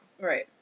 Right